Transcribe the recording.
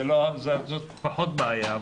זו פחות בעיה,